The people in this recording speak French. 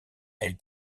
elle